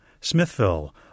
Smithville